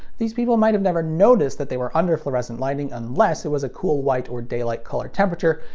these people might have never noticed that they were under fluorescent lighting unless it was a cool white or daylight color temperature,